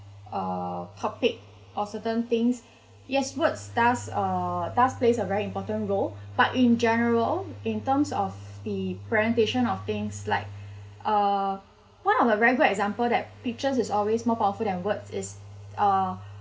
uh topic or certain things yes words does uh does plays a very important role but in general in terms of the presentation of things like uh one of a regular example that pictures is always more powerful than words is uh